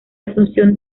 asunción